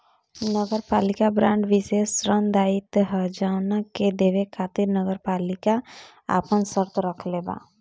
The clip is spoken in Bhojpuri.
नगरपालिका बांड विशेष ऋण दायित्व ह जवना के देवे खातिर नगरपालिका आपन शर्त राखले बा